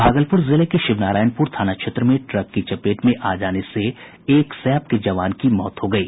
भागलपुर जिले के शिवनारायणपुर थाना क्षेत्र में ट्रक की चपेट में आ जाने से सैप के एक जवान की मौत हो गयी